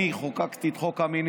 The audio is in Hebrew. אני חוקקתי את חוק קמיניץ.